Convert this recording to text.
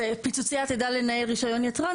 אז פיצוצייה תדע לנהל רישיון יצרן,